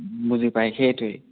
বুজি পায় সেইটোৱেই